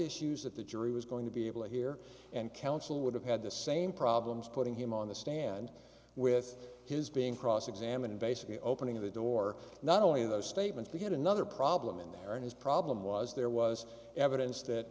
issues that the jury was going to be able to hear and counsel would have had the same problems putting him on the stand with his being cross examined basically opening the door not only those statements to get another problem in there in his problem was there was evidence that